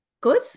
Good